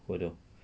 will do